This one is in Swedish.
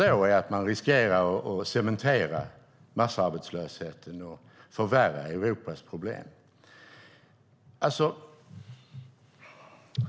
Det är många ekonomer överens med mig och många andra om.